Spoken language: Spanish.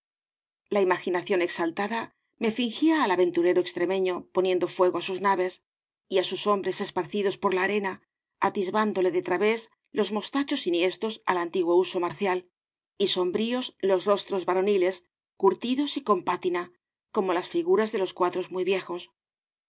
la imaginación exaltada me fingía al aventurero extremeño poniendo fuego á sus naves y á sus hombres esparcidos por la arena atisbándole de través los mostachos enhiestos al antiguo uso marcial y sombríos los rostros varoniles curtidos y con pátina como las figuras de los cuadros muy viejos